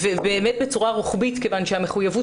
אנחנו מחויבות בצורה רוחבית מכיוון שהמחויבות